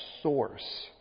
source